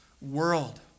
world